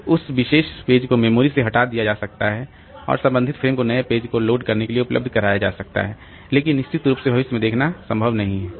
तो उस विशेष पेज को मेमोरी से हटा दिया जा सकता है और संबंधित फ्रेम को नए पेज को लोड करने के लिए उपलब्ध कराया जा सकता है लेकिन निश्चित रूप से भविष्य में देखना संभव नहीं है